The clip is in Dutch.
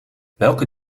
welke